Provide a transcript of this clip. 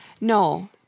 No